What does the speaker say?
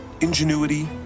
Ingenuity